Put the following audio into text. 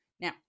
Now